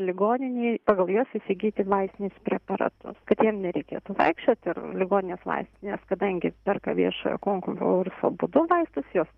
ligoninėj pagal juos įsigyti vaistinius preparatus kad jiem nereikėtų vaikščiot ir ligoninės vaistinės kadangi perka viešojo konkurso būdu vaistus juos